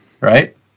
right